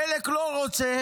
חלק לא רוצה,